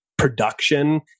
production